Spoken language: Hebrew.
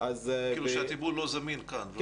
הטיפול לא זמין כאן?